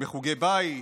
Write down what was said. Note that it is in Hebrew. בחוגי בית,